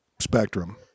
spectrum